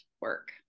work